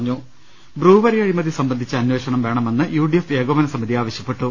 ്്്്്്് brewery അഴിമതി സംബന്ധിച്ച് അമ്പേഷണം വേണമെന്ന് യു ഡി എഫ് ഏകോപനസമിതി ആവശ്യപ്പെട്ടു